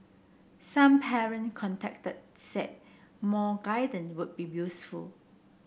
some parent contacted said more would be useful